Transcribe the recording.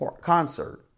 concert